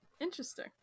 interesting